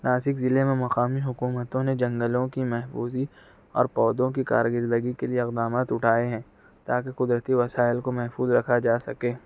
ناسک ضلعے میں مقامی حکومتوں نے جنگلوں کی محفوظی اور پودوں کی کارکردگی کے لیے بھی اقدامات اٹھائے ہیں تاکہ قدرتی وسائل کو محفوظ رکھا جا سکے